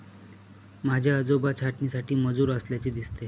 माझे आजोबा छाटणीसाठी मजूर असल्याचे दिसते